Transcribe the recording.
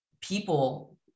people